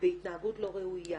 בהתנהגות לא ראויה,